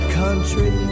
country